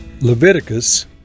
Leviticus